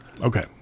okay